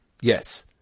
Yes